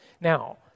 Now